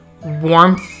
warmth